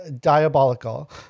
diabolical